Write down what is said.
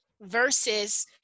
Versus